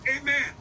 Amen